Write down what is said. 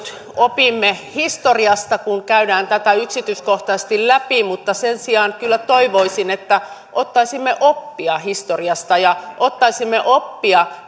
opimme historiasta kun käydään tätä yksityiskohtaisesti läpi mutta sen sijaan kyllä toivoisin että ottaisimme oppia historiasta ja ottaisimme oppia